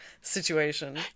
situation